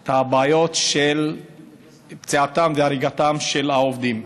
את הבעיות של פציעתם והריגתם של העובדים.